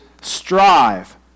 strive